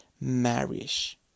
marriage